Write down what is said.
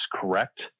correct